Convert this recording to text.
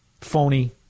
phony